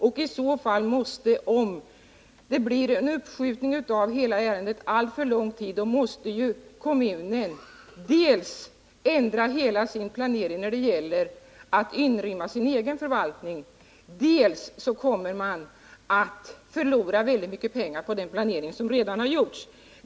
Om hela ärendet uppskjuts alltför lång tid blir följden att kommunen dels måste ändra hela sin planering när det gäller att inrymma den egna förvaltningen, dels kommer att förlora mycket pengar på den planering som redan har gjorts.